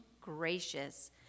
gracious